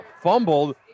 fumbled